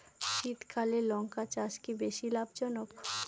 শীতকালে লঙ্কা চাষ কি বেশী লাভজনক?